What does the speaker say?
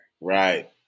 Right